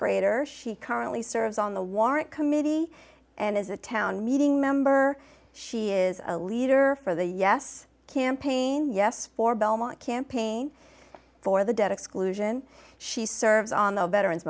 grader she currently serves on the warrant committee and as a town meeting member she is a leader for the yes campaign yes for belmont campaign for the debt exclusion she serves on the veterans